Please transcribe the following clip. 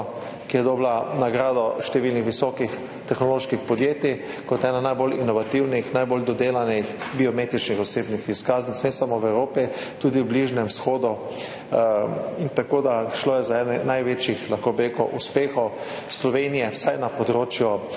ki je dobila nagrado številnih visokih tehnoloških podjetij kot eno najbolj inovativnih, najbolj dodelanih biometričnih osebnih izkaznic ne samo v Evropi, tudi na Bližnjem vzhodu. Šlo je za enega največjih uspehov Slovenije, vsaj na področju notranjih